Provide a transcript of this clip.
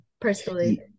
personally